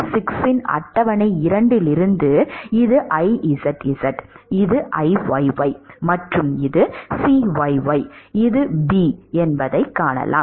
SP 6 இன் அட்டவணை 2 இலிருந்து இது Izz இது Iyy மற்றும் இது Cyy இது b என்பதை காணலாம்